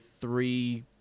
three